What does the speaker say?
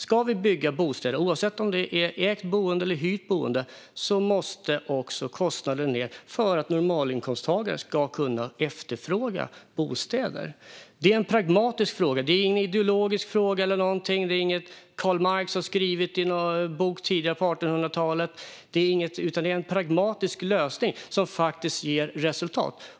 Ska vi bygga bostäder - oavsett om det är ägt boende eller hyrt boende - måste kostnaden ned för att normalinkomsttagare ska kunna efterfråga bostäder. Det är en pragmatisk fråga. Det är inte en ideologisk fråga eller någonting. Det är inget som Karl Marx har skrivit om tidigare i någon bok på 1800-talet. Det är en pragmatisk lösning som ger resultat.